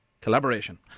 Collaboration